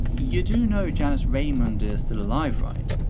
you do know janice raymond is still alive right?